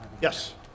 yes